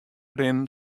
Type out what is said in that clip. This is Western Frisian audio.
rinnen